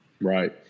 Right